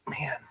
man